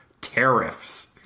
tariffs